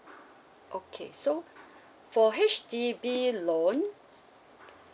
okay so for H_D_B loan